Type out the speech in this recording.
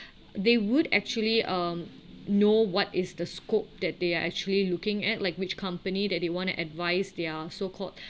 they would actually um know what is the scope that they are actually looking at like which company that they want to advise their so called